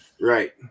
Right